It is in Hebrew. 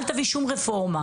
אל תביא שום רפורמה,